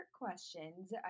questions